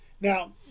Now